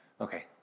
Okay